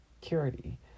security